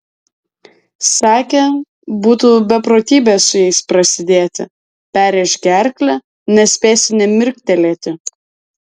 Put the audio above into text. sakė būtų beprotybė su jais prasidėti perrėš gerklę nespėsi nė mirktelėti